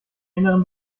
inneren